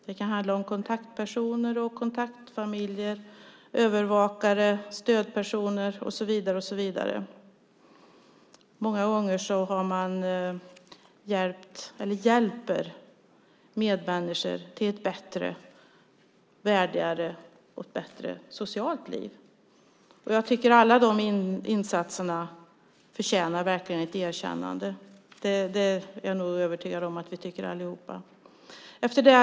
Det kan handla om kontaktpersoner, kontaktfamiljer, övervakare, stödpersoner och så vidare. Många gånger hjälper man medmänniskor till ett värdigare och bättre socialt liv. Jag tycker att alla de insatserna verkligen förtjänar ett erkännande. Jag är övertygad om att vi allihop tycker det.